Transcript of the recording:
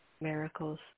miracles